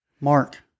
Mark